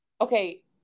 Okay